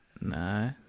No